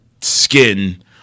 skin